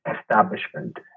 establishment